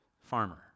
farmer